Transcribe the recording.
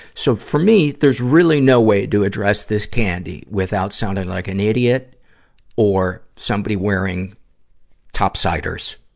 so, for me, there's really no way to address this candy without sounding like an idiot or somebody wearing top-siders,